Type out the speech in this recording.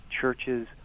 churches